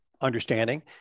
understanding